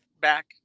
back